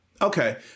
Okay